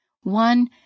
One